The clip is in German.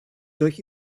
durch